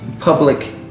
public